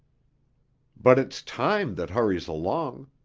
but it's time that hurries along.